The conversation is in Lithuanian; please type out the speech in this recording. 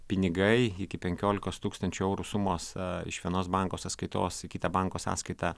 pinigai iki penkiolikos tūkstančių eurų sumos iš vienos banko sąskaitos į kitą banko sąskaitą